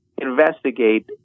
investigate